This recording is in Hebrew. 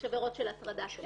יש עבירות של הטרדת עד,